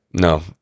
No